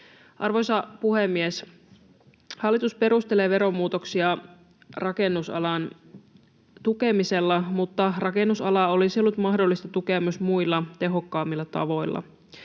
Arvoisa puhemies! Hallitus perustelee veromuutoksia rakennusalan tukemisella, mutta rakennusalaa olisi ollut mahdollista tukea myös muilla, tehokkaammilla tavoilla.